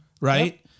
Right